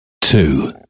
two